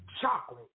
Chocolate